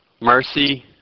mercy